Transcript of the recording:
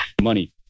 money